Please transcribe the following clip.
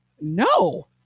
No